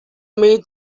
made